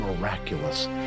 miraculous